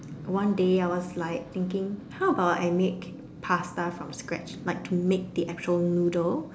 one day I was like thinking how about I make pasta from scratch like to make the actual noodle